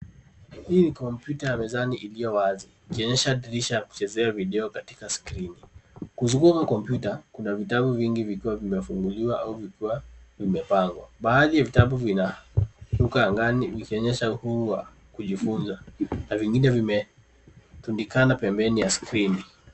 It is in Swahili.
Hii ni kompyuta ya mezani iliyo wazi ikionyesha dirisha ya kuchezea video katika skrini. Kuzunguka kompyuta kuna vitabu vingi vikiwa vimefunguliwa au vikiwa vimepangwa. Baadhi ya vitabu vinaruka angani vikionyesha uhuru wa kujifunza na vingine vimefungikana pembeni ya skrini.